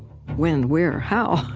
when? where? how?